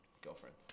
girlfriend